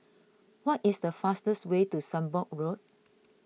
what is the fastest way to Sembong Road